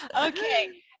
Okay